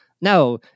no